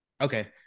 Okay